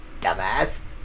Dumbass